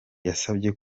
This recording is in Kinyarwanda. yasabye